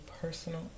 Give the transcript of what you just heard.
personal